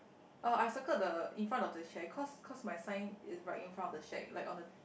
ah I circle the in front of the shape cause cause my sign is right in front of the shape like on the